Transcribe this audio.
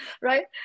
right